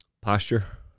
Posture